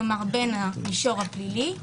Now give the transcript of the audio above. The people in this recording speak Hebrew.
כלומר בין המישור הפלילי,